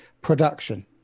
production